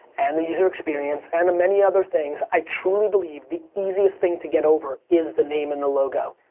and the user experience, and the many other things, i truly believe the easiest thing to get over is the name and the logo.